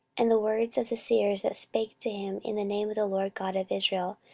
and the words of the seers that spake to him in the name of the lord god of israel,